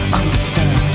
understand